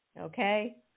Okay